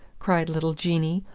cried little jeanie,